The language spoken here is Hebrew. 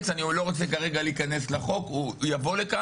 אבל בזמנו,